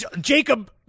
Jacob